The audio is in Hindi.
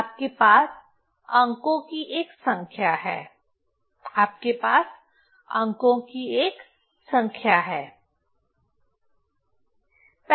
आपके पास अंकों की एक संख्या है आपके पास अंकों की एक संख्या है